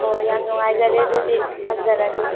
ꯍꯣꯏ ꯍꯣꯏ ꯌꯥꯝ ꯅꯨꯡꯉꯥꯏꯖꯔꯦ ꯑꯗꯨꯗꯤ ꯊꯝꯖꯔꯒꯦ